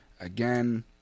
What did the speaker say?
again